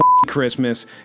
Christmas